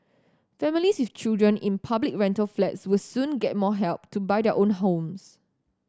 families with children in public rental flats will soon get more help to buy their own homes